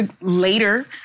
later